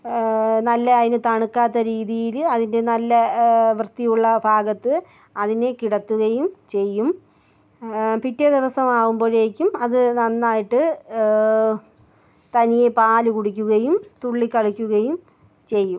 നല്ല അതിനു തണുക്കാത്ത രീതിയിൽ അതിനെ നല്ല വൃത്തിയുള്ള ഭാഗത്തു അതിനെ കിടത്തുകയും ചെയ്യും പിറ്റേദിവസം ആകുമ്പോഴേക്കും അത് നന്നായിട്ട് തനിയെ പാല് കുടിക്കുകയും തുള്ളികളിക്കുകയും ചെയ്യും